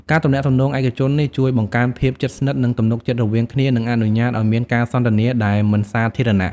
ការទំនាក់ទំនងឯកជននេះជួយបង្កើនភាពជិតស្និទ្ធ និងទំនុកចិត្តរវាងគ្នា និងអនុញ្ញាតឱ្យមានការសន្ទនាដែលមិនសាធារណៈ។